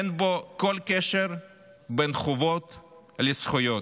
אין בו כל קשר בין חובות לזכויות,